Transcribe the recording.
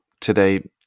today